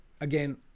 again